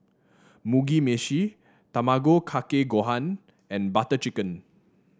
Mugi Meshi Tamago Kake Gohan and Butter Chicken